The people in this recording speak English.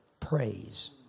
Praise